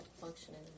functioning